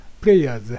players